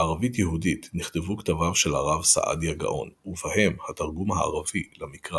בערבית יהודית נכתבו כתביו של הרב סעדיה גאון ובהם התרגום הערבי למקרא